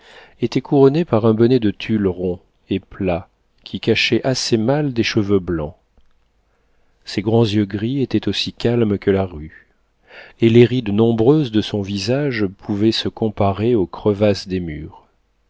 était couronnée par un bonnet de tulle rond et plat qui cachait assez mal des cheveux blancs ses grands yeux gris étaient aussi calmes que la rue et les rides nombreuses de son visage pouvaient se comparer aux crevasses des murs